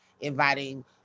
inviting